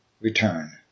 return